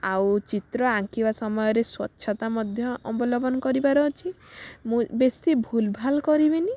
ଆଉ ଚିତ୍ର ଆଙ୍କିବା ସମୟରେ ସ୍ୱଚ୍ଛତା ମଧ୍ୟ ଅବଲମ୍ବନ କରିବାର ଅଛି ମୁଁ ବେଶୀ ଭୁଲ ଭାଲ କରିବିନି